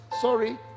sorry